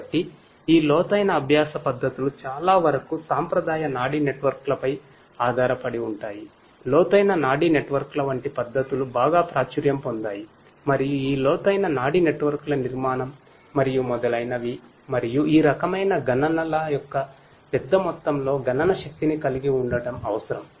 కాబట్టి ఈ లోతైన అభ్యాస పద్ధతులు చాలావరకు సాంప్రదాయ నాడీ నెట్వర్క్లపై ఆధారపడి ఉంటాయిలోతైన నాడీ నెట్వర్క్ల వంటి పద్దతులు బాగా ప్రాచుర్యం పొందాయి మరియు ఈ లోతైన నాడీ నెట్వర్క్ల నిర్మాణం మరియు మొదలైనవి మరియు ఈ రకమైన గణనల యొక్క పెద్ద మొత్తంలో గణన శక్తిని కలిగి ఉండటం అవసరం